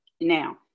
Now